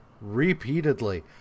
repeatedly